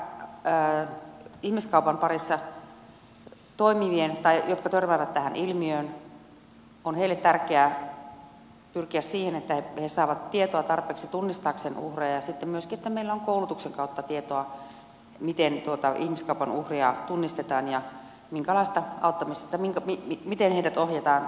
elikkä varmasti nyt niiden kannalta jotka törmäävät tähän ilmiöön on tärkeää pyrkiä siihen että he saavat tietoa tarpeeksi tunnistaakseen uhreja ja että meillä on koulutuksen kautta tietoa miten ihmiskaupan uhreja tunnistetaan ja miten heidät ohjataan auttamisjärjestelmään